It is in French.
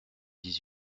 dix